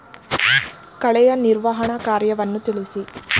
ಕಳೆಯ ನಿರ್ವಹಣಾ ಕಾರ್ಯವನ್ನು ತಿಳಿಸಿ?